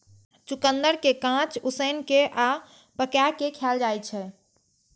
चुकंदर कें कांच, उसिन कें आ पकाय कें खाएल जाइ छै